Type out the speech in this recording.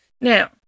Now